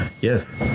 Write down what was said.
yes